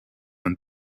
and